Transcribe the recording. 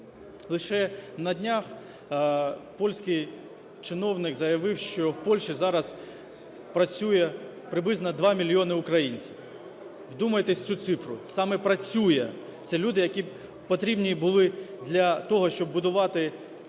Лише на днях польський чиновник заявив, що в Польщі зараз працює приблизно 2 мільйони українців. Вдумайтесь в цю цифру, саме працює, це люди, які потрібні були для того, щоб будувати